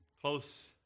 close